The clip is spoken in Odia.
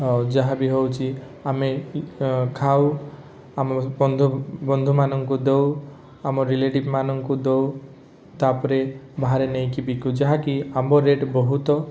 ଆଉ ଯାହାବି ହେଉଛି ଆମେ ଖାଉ ଆମ ବନ୍ଧୁ ବନ୍ଧୁମାନଙ୍କୁ ଦେଉ ଆମ ରିଲେଟିଭ୍ ମାନଙ୍କୁ ଦେଉ ତାପରେ ବାହାରେ ନେଇକି ବିକୁ ଯାହାକି ଆମ୍ବ ରେଟ୍ ବହୁତ